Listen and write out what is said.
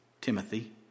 Timothy